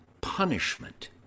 punishment